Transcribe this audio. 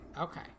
okay